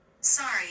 Sorry